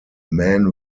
man